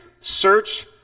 search